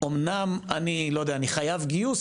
אומנם אני חייב גיוס,